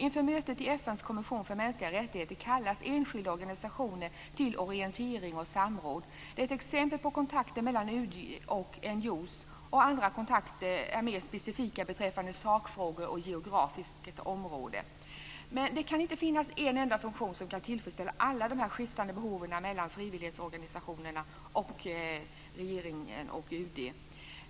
Inför mötet i FN:s kommission för mänskliga rättigheter kallas enskilda organisationer till orientering och samråd. Det är ett exempel på kontakter mellan UD och NGO:er, och andra kontakter är mer specifika beträffande sakfrågor och geografiskt område. Men det kan inte finnas en enda funktion som kan tillfredsställa alla de skiftande behoven av kontakter mellan frivillighetsorganisationerna och regeringen och UD.